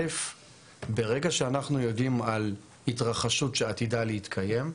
ברגע שאנחנו יודעים על התרחשות שעתידה להתקיים,